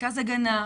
מרכז הגנה,